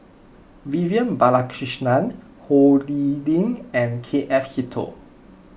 Vivian Balakrishnan Ho Lee Ling and K F Seetoh